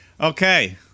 Okay